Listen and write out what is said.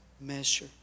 measure